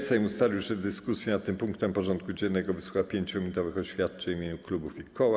Sejm ustalił, że w dyskusji nad tym punktem porządku dziennego wysłucha 5-minutowych oświadczeń w imieniu klubów i koła.